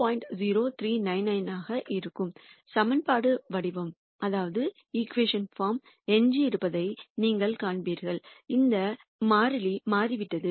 0399 ஆக இருந்தால் சமன்பாடு வடிவம் எஞ்சியிருப்பதை நீங்கள் கவனிப்பீர்கள் இந்த மாறிலி மாறிவிட்டது